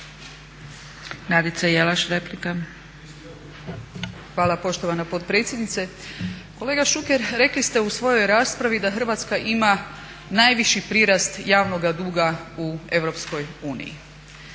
Hvala poštovana potpredsjednice. Kolega Šuker, rekli ste u svojoj raspravi da Hrvatska ima najviši prirast javnoga duga u